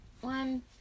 one